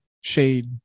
shade